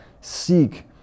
seek